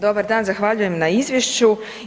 Dobar dan, zahvaljujem na izvješću.